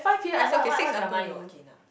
what what what what drama you watching now